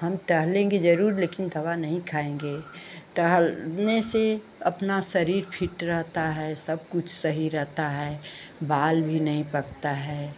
हम टहलेंगे ज़रूर लेकिन दवा नहीं खाएँगे टहलने से अपना शरीर फिट रहता है सब कुछ सही रहता है बाल भी नहीं पकता है